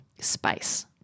space